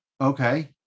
Okay